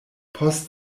post